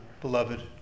beloved